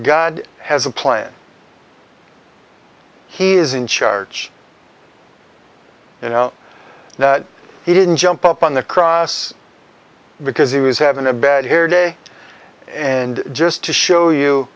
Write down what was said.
god has a plan he is in charge you know he didn't jump up on the cross because he was having a bad hair day and just to show you